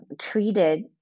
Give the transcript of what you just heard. treated